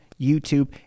YouTube